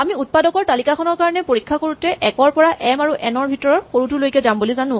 আমি উৎপাদকৰ তালিকাখনৰ কাৰণে পৰীক্ষা কৰোতে ১ ৰ পৰা এম আৰু এন ৰ ভিতৰৰ সৰুটোলৈকে যাম বুলি জানো